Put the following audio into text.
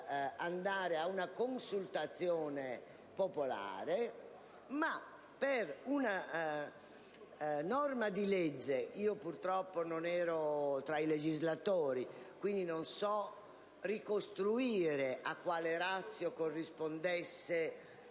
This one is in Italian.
andare a una consultazione popolare. Ciò è avvenuto per una norma di legge (purtroppo non ero tra i legislatori, quindi non so ricostruire a quale *ratio* corrispondesse)